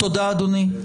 תודה אדוני.